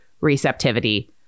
receptivity